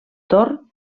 tor